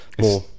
more